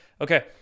Okay